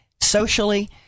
socially